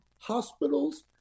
hospitals